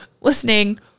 listening